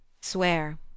swear